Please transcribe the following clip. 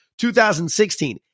2016